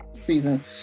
season